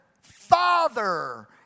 father